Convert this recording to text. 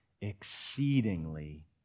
exceedingly